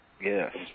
Yes